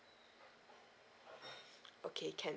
okay can